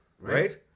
right